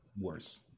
worse